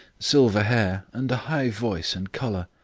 silver hair, and a high voice and colour.